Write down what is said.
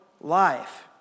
life